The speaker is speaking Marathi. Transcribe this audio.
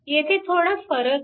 येथे थोडा फरक आहे